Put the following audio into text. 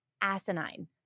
asinine